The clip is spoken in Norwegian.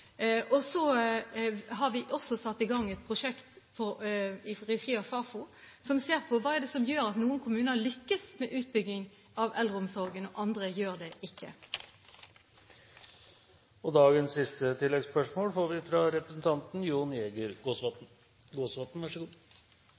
Så har vi også satt i gang et prosjekt i regi av Fafo som ser på hva det er som gjør at noen kommuner lykkes med utbygging av eldreomsorgen, mens andre ikke gjør det. Representanten Jon Jæger Gåsvatn – til dagens siste